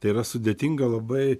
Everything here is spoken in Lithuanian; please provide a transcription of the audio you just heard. tai yra sudėtinga labai